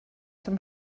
zum